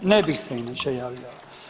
Ne bih se inače javio.